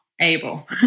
able